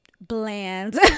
bland